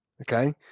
okay